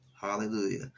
hallelujah